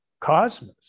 cosmos